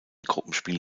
gruppenspiel